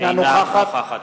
אינה נוכחת